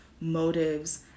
motives